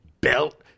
belt